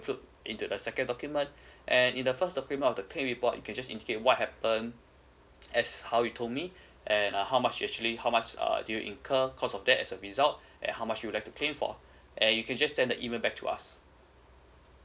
~clude into the second document and in the first document of the claim report you can just indicate what happen as how you told me and uh how much actually how much do you incur cost of that as a result and how much do you like to claim for and you can just send the email back to us